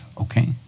okay